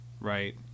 right